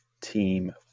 Team